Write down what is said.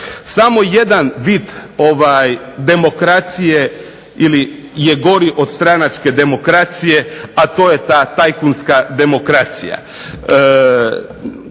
Samo jedan vid ovaj demokracije ili je gori od stranačke demokracije, a to je ta tajkunska demokracija.